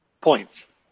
Points